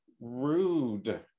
rude